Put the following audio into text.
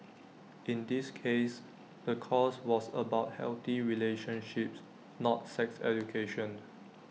in this case the course was about healthy relationships not sex education